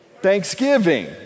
Thanksgiving